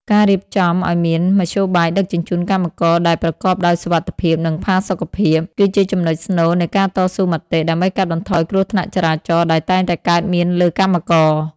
ការរៀបចំឱ្យមានមធ្យោបាយដឹកជញ្ជូនកម្មករដែលប្រកបដោយសុវត្ថិភាព និងផាសុកភាព គឺជាចំណុចស្នូលនៃការតស៊ូមតិ ដើម្បីកាត់បន្ថយគ្រោះថ្នាក់ចរាចរណ៍ដែលតែងតែកើតមានលើកម្មករ។